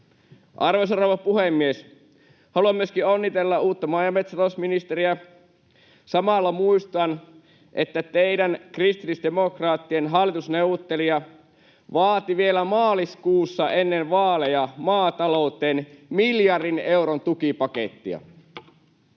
Arvoisa rouva puhemies! Haluan myöskin onnitella uutta maa‑ ja metsätalousministeriä. Samalla muistutan, että teidän kristillisdemokraattien hallitusneuvottelija vaati vielä maaliskuussa ennen vaaleja maatalouteen miljardin euron tukipakettia.